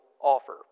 offer